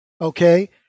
Okay